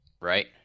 Right